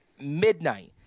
midnight